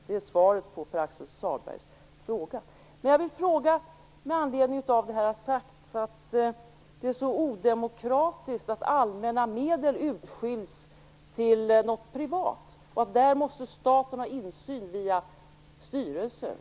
Det är svaret på Pär-Axel Här har sagts att det är så odemokratiskt att allmänna medel utskiljs till något privat och att staten då måste ha insyn och kontroll via styrelser.